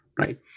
right